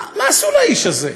מה, מה עשו לאיש הזה?